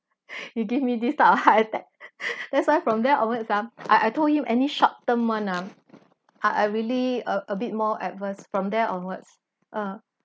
you give me this type of heart attack that's why from there onwards ah I I told him any short term one ah I I really uh a bit more adverse from there onwards uh